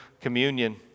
communion